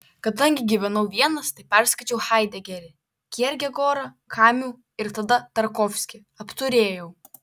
kadangi gyvenau vienas tai perskaičiau haidegerį kierkegorą kamiu ir tada tarkovskį apturėjau